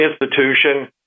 institution